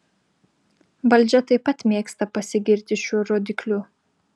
valdžia taip pat mėgsta pasigirti šiuo rodikliu